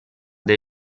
dai